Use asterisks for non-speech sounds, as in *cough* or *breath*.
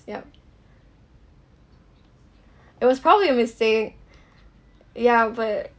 ya *breath* it was probably a mistake *breath* ya but